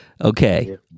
Okay